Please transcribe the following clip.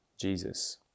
Jesus